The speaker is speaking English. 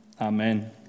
Amen